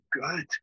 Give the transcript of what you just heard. good